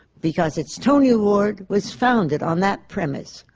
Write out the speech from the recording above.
because its tony award was founded on that premise,